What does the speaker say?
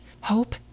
hope